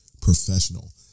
professional